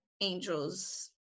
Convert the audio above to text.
angels